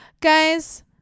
guys